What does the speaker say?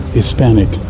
Hispanic